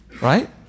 Right